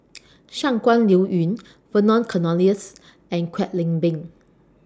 Shangguan Liuyun Vernon Cornelius and Kwek Leng Beng